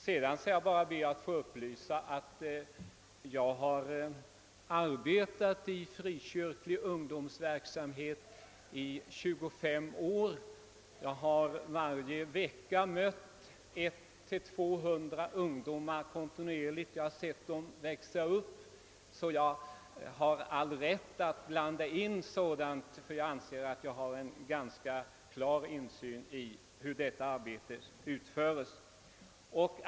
Sedan skall jag be att få upplysa om att jag har arbetat i frikyrklig ungdomsverksamhet i 25 år. Jag har varje vecka kontinuerligt mött 100—200 ungdomar, jag har sett dem växa upp, och jag har all rätt att blanda in ungdomsverksamheten, ty jag anser att jag har en ganska klar insikt i hur detta arbete utföres.